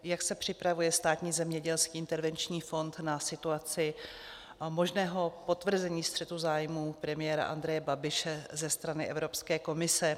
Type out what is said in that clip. Jak se připravuje Státní zemědělský intervenční fond na situaci možného potvrzení střetu zájmů premiéra Andreje Babiše ze strany Evropské komise?